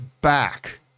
back